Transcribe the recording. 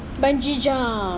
bungee jump